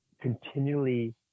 continually